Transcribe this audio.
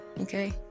Okay